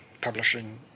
publishing